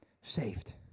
saved